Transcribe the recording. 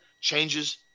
changes